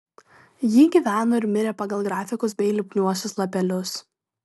ji gyveno ir mirė pagal grafikus bei lipniuosius lapelius